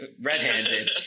red-handed